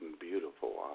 beautiful